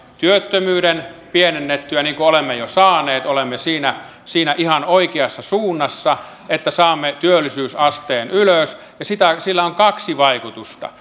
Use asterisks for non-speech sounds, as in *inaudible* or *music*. työttömyyden pienennettyä niin kuin olemme jo saaneet olemme siinä siinä ihan oikeassa suunnassa että saamme työllisyysasteen ylös ja sillä on kaksi vaikutusta *unintelligible*